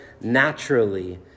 naturally